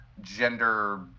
gender